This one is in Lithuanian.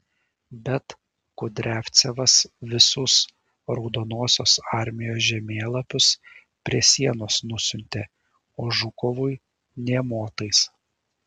bet kudriavcevas visus raudonosios armijos žemėlapius prie sienos nusiuntė o žukovui nė motais